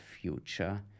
future